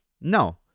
No